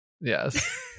Yes